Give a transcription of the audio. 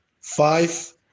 five